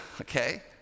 okay